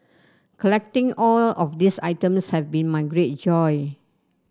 collecting all of these items have been my great joy